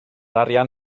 arian